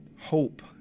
hope